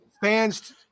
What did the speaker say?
fans